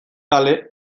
kale